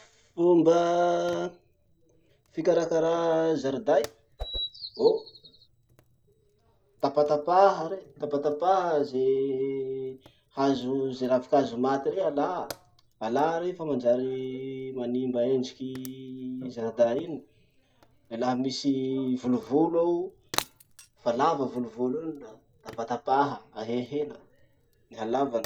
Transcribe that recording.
Fomba fikarakara zariday, oh tapatapaha rey, tapatapaha ze hazo, ze ravi-kazo maty rey, alà. Alà rey fa manjary manimba endriky zariday iny. Le laha misy volovolo ao, fa lava volovolo iny la tapatapaha, ahehena ny halavany.